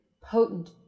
potent